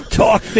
talk